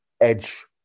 edge